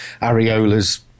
areolas